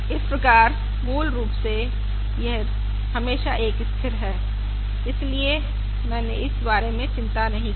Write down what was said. इस प्रकार मूल रूप से यह हमेशा एक स्थिर है इसलिए मैंने इस बारे में चिंता नहीं की